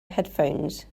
headphones